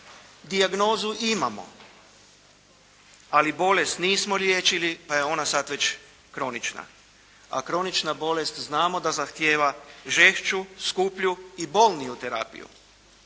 Dijagnozu imamo, ali bolest nismo liječili pa je ona sada već kronična. A kronična bolest znamo da zahtijeva žešću, skuplju i bolniju terapiju.